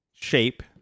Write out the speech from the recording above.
Shape